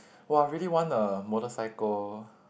!wah! I really want a motorcycle